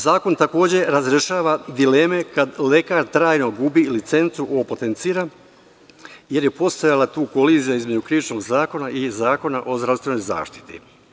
Zakon takođe razrešava dileme kada lekar trajno gubi licencu, ovo potenciram, jer je postojala tu kolizija između Krivičnog zakona i Zakona o zdravstvenoj zaštiti.